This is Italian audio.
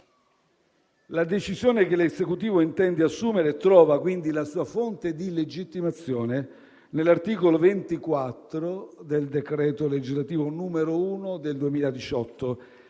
La decisione che l'Esecutivo intende assumere trova quindi la sua fonte di legittimazione nell'articolo 24 del decreto legislativo n. 1 del 2018,